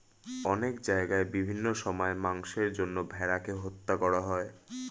অনেক জায়গায় বিভিন্ন সময়ে মাংসের জন্য ভেড়াকে হত্যা করা হয়